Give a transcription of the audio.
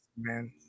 man